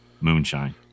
moonshine